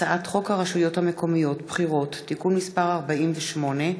הצעת חוק הרשויות המקומיות (בחירות) (תיקון מס' 48,